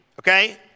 Okay